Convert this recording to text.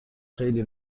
خیلی